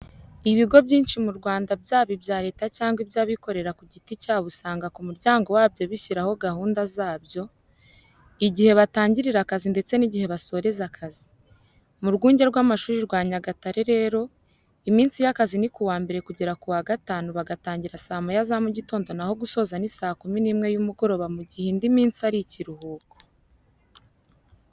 Ibigo byinshi mu Rwanda byaba ibya Leta cyangwa iby'abikorera ku giti cyabo usanga ku muryango wabyo bishyiraho gahunda zabyo, igihe batangirira akazi ndetse n'igihe basoreza akazi. Mu rwunge rw'amashuri rwa Nyagatare rero, iminsi y'akazi ni kuwa mbere kugera kuwa gatanu bagatangira saa moya za mugitondo naho gusoza ni saa kumi n'imwe y'umugoroba mu gihe indi minsi ari ikiruhuko.